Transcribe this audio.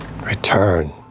return